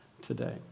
today